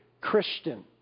Christian